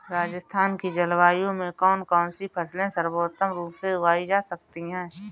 राजस्थान की जलवायु में कौन कौनसी फसलें सर्वोत्तम रूप से उगाई जा सकती हैं?